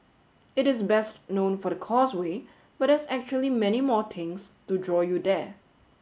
it is best known for the Causeway but there's actually many more things to draw you there